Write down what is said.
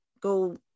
go